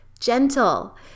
Gentle